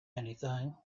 anything